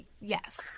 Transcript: yes